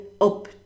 up